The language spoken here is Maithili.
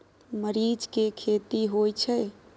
मरीच के खेती होय छय?